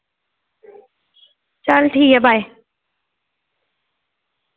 चल ठीक ऐ बाय